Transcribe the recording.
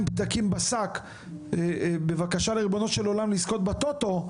פתקים בשק בבקשה לריבונו של עולם לזכות בטוטו,